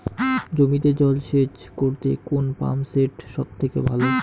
জমিতে জল সেচ করতে কোন পাম্প সেট সব থেকে ভালো?